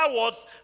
words